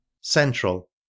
Central